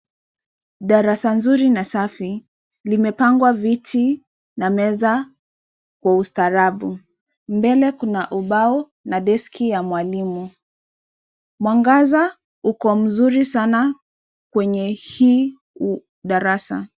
Darasa nzuri na safi. Limepangwa viti na meza kwa ustaarabu. Mbele kuna ubao na deski ya mwalimu. Mwangaza uko mzuri sana kwenye hii darasa.